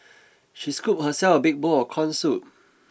she scooped herself a big bowl of corn soup